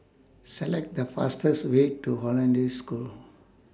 Select The fastest Way to Hollandse School